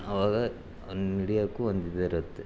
ಆವಾಗ ಅವನ್ನ ಹಿಡಿಯೋಕೂ ಒಂದು ಇದಿರುತ್ತೆ